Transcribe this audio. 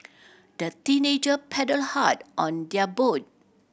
the teenager paddled hard on their boat